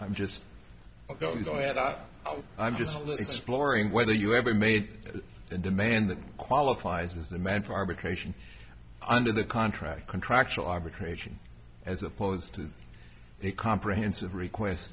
i'm just i'm just exploring whether you ever made the demand that qualifies as a man for arbitration under the contract contractual arbitration as opposed to a comprehensive request